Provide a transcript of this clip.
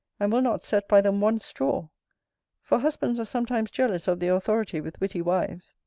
and will not set by them one straw for husbands are sometimes jealous of their authority with witty wives.